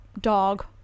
dog